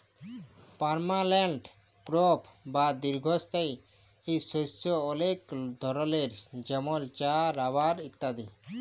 permanent crop বা দীঘ্ঘস্থায়ী শস্য অলেক ধরলের যেমল চাঁ, রাবার ইত্যাদি